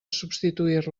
substituir